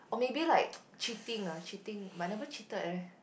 or maybe like cheating ah treating but I never cheated eh